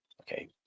Okay